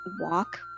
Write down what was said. walk